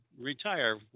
retire